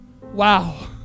Wow